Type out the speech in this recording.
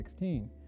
2016